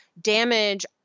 damage